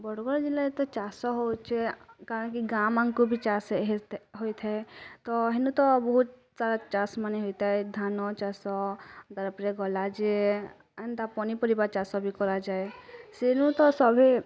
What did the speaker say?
ବଡ଼ଗଡ଼୍ ଜିଲ୍ଲାରେ ଏତେ ଚାଷ୍ ହୋଉଛେ କାଣା ଗାଁ ମାନ୍ଙ୍କୁ ଚାଷ୍ ହେତେ ହୋଇଥାଏ ତ ହେନୁ ତ ବହୁତ୍ ଚାଷ୍ ମାନେ୍ ହୋଇଥାଏ ଧାନ ଚାଷ୍ ତା'ପରେ ଗଲା ଯେ ଏନ୍ତା ପନିପରିବା ଚାଷବି କରାଯାଏ ସେନୁ ତ ସଭେଁ